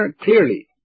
clearly